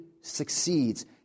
succeeds